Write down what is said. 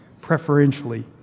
preferentially